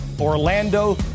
Orlando